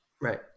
right